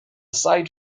site